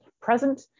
present